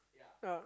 yeah